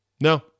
No